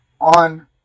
on